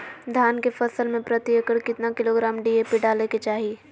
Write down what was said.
धान के फसल में प्रति एकड़ कितना किलोग्राम डी.ए.पी डाले के चाहिए?